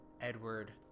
Edward